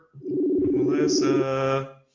Melissa